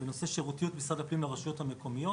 בנושא רמת השירות של משרד הפנים לרשויות המקומיות,